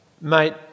Mate